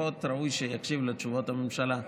לפחות ראוי שיקשיב לתשובת הממשלה.